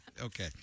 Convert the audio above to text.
Okay